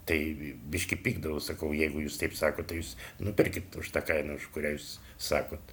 tai biškį pykdavau sakau jeigu jūs taip sakot tai jūs nupirkit už tą kainą už kurią jūs sakote